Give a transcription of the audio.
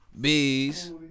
Bees